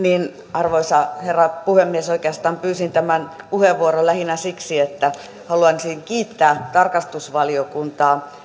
arvoisa herra puhemies oikeastaan pyysin tämän puheenvuoron lähinnä siksi että haluaisin kiittää tarkastusvaliokuntaa